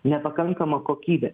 nepakankama kokybė